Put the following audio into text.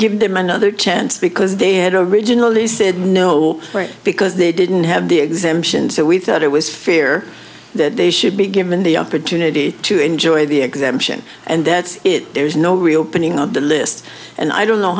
give them another chance because they had originally said no because they didn't have the exemptions so we thought it was fear that they should be given the opportunity to enjoy the exemption and that's it there's no real printing of the list and i don't know